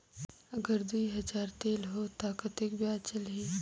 अगर दुई हजार लेत हो ता कतेक ब्याज चलही?